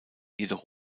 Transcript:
jedoch